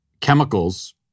chemicals